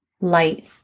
light